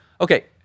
okay